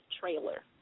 trailer